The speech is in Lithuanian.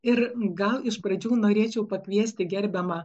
ir gal iš pradžių norėčiau pakviesti gerbiamą